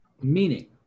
Meaning